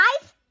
five